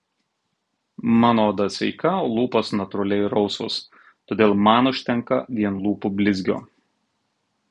mano oda sveika o lūpos natūraliai rausvos todėl man užtenka vien lūpų blizgio